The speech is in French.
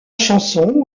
chanson